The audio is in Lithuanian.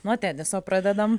nuo teniso pradedam